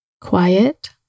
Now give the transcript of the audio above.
quiet